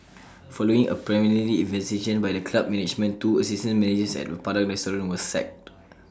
following A preliminary investigation by the club management two assistant managers at the Padang restaurant were sacked